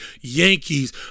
Yankees